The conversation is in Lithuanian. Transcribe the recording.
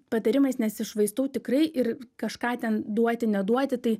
patarimais nesišvaistau tikrai ir kažką ten duoti neduoti tai